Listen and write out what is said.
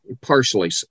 partially